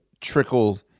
trickle